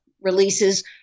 releases